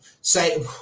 say –